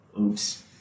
Oops